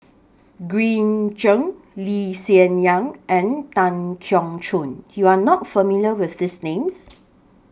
Green Zeng Lee Hsien Yang and Tan Keong Choon YOU Are not familiar with These Names